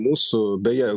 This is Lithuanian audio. mūsų beje